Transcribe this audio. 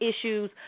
issues